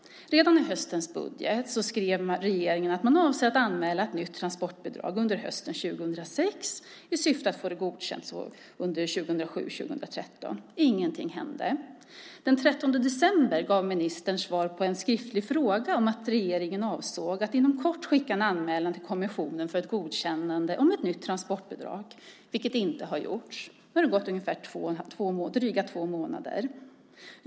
Redan i höstens budget skrev regeringen att man under hösten 2006 avsåg att anmäla ett nytt transportbidrag i syfte att få det godkänt 2007-2013. Ingenting hände. Den 13 december gav ministern svar på en skriftlig fråga om att regeringen avsåg att inom kort skicka en anmälan till kommissionen för ett godkännande av ett nytt transportbidrag. Detta har inte gjorts. Nu har det gått drygt två månader.